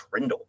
Trindle